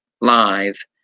live